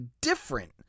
different